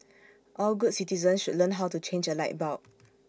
all good citizens should learn how to change A light bulb